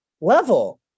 level